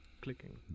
clicking